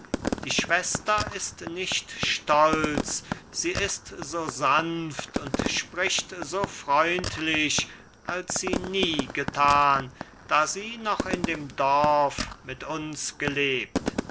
die schwester ist nicht stolz sie ist so sanft und spricht so freundlich als sie nie getan da sie noch in dem dorf mit uns gelebt